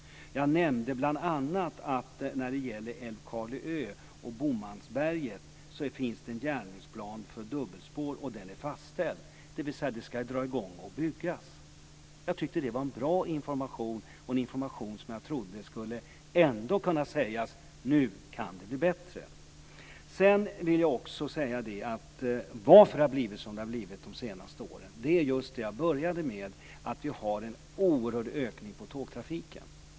Jag nämnde bl.a. att när det gäller Älvkarleö och Bomansberget finns det en järnvägsplan för dubbelspår. Den är fastställd, och det ska dras i gång och byggas. Jag tyckte att det var en bra information, och en information som jag trodde gjorde att vi skulle kunna säga att det nu kan bli bättre. Sedan vill jag också säga att varför det har blivit som det har blivit de senaste åren är just det jag började med att säga, dvs. att vi har en oerhörd ökning på tågtrafiken.